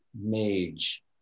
mage